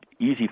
easy